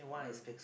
mm